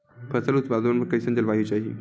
फसल उत्पादन बर कैसन जलवायु चाही?